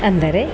ಅಂದರೆ